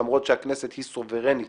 למרות שהכנסת היא סוברנית